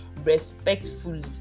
respectfully